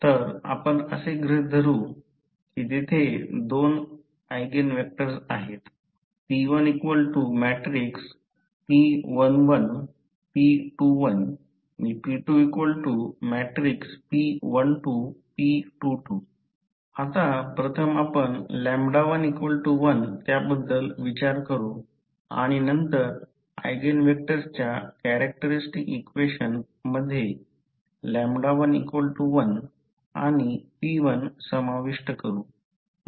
तर आपण असे गृहित धरू की तेथे दोन ऎगेन व्हेक्टर्स आहेत आता प्रथम आपण 11 त्याबद्दल विचार करू आणि नंतर ऎगेन व्हेक्टर्सच्या कॅरेक्टरस्टिक्स इक्वेशन मध्ये 11आणि p1समाविष्ट करू